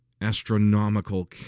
astronomical